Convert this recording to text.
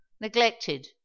neglected